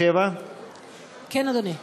7. כן, אדוני.